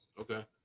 Okay